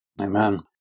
Amen